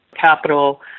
capital